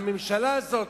הממשלה הזו,